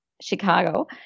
Chicago